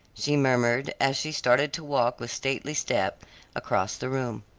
she murmured as she started to walk with stately step across the room.